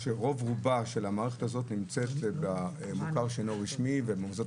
שרוב רובה של המערכת הזאת נמצאת במוכר שאינו רשמי ומוסדות